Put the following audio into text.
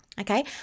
okay